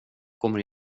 kommer